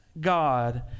God